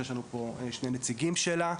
שיש לנו פה שני נציגים שלה.